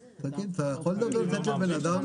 תגיד, אתה יכול לתת לבן אדם לדבר?